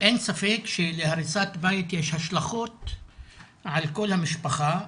אין ספק שלהריסת בית יש השלכות על כל המשפחה,